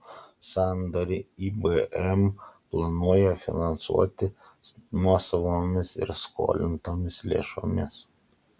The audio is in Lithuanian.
sandorį ibm planuoja finansuoti nuosavomis ir skolintomis lėšomis